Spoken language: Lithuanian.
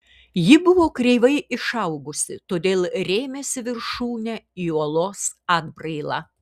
ji buvo kreivai išaugusi todėl rėmėsi viršūne į uolos atbrailą